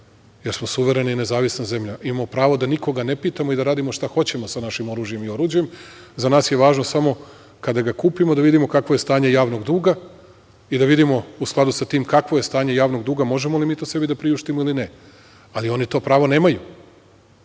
jer smo suverena i nezavisna zemlja. Imamo pravo, da nikoga ne pitamo i da radimo šta hoćemo sa našim oružjem i oruđem. Za nas je važno samo kada ga kupimo da vidimo kakvo je stanje javnog duga i da vidimo u skladu sa tim, kakvo je stanje javnog duga, možemo li mi to sebi da priuštimo ili ne. Ali, oni to pravo nemaju. Time